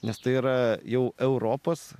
nes tai yra jau europos